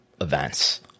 events